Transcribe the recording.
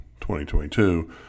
2022